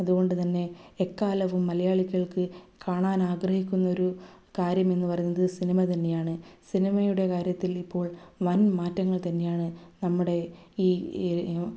അതുകൊണ്ടുതന്നെ എക്കാലവും മലയാളികൾക്ക് കാണാൻ ആഗ്രഹിക്കുന്ന ഒരു കാര്യം എന്നു പറയുന്നത് സിനിമ തന്നെയാണ് സിനിമയുടെ കാര്യത്തിൽ ഇപ്പോൾ വൻ മാറ്റങ്ങൾ തന്നെയാണ് നമ്മുടെ ഈ ഈ